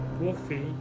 Wolfie